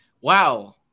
Wow